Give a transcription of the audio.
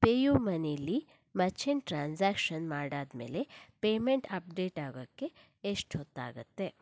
ಪೇಯುಮನಿಯಲ್ಲಿ merchant transaction ಮಾಡಾದಮೇಲೆ payment update ಆಗೋಕ್ಕೆ ಎಷ್ಟು ಹೊತ್ತಾಗತ್ತೆ